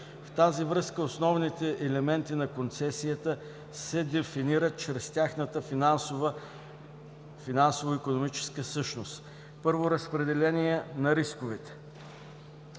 В тази връзка основните елементи на концесията се дефинират чрез тяхната финансово-икономическа същност. Първо, разпределение на рисковете.